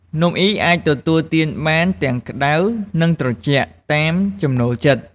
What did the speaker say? នំអុីអាចទទួលទានបានទាំងក្តៅ និងត្រជាក់ តាមចំណូលចិត្ត។